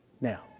Now